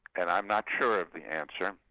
and i'm not sure of the answer.